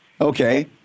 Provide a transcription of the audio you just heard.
okay